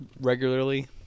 regularly